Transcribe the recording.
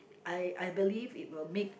I I believe it will make